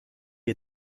est